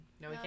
No